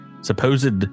supposed